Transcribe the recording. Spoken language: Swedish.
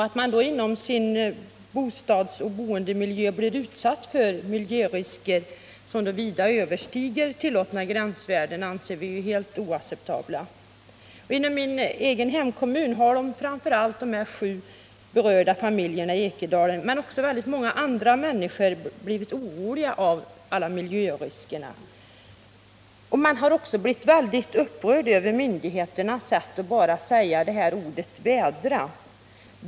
Att man då inom sin bostadsoch boendemiljö blir utsatt för miljörisker som vida överstiger de tillåtna gränsvärdena anser vi helt oacceptabelt. Inom min egen hemkommun har framför allt de ifrågavarande sju familjerna i Ekedalen men också många andra människor blivit oroliga med anledning av alla miljörisker. Man har också blivit mycket upprörd över myndigheternas sätt att bara säga: Vädra!